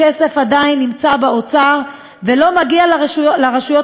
הכסף עדיין נמצא באוצר ולא מגיע לרשויות